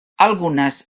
algunes